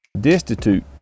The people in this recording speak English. destitute